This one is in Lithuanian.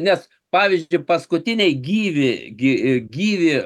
nes pavyzdžiui paskutiniai gyvi gi gyvi